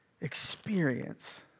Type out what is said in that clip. experience